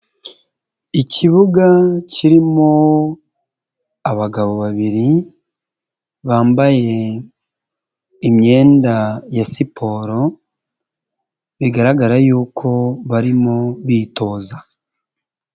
Ikibuga kirimo abagabo babiri bambaye imyenda ya siporo bigaragara yuko barimo bitoza.